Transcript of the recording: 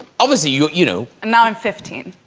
obviously, you you know and now i'm fifteen